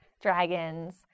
dragons